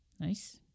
Nice